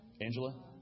Angela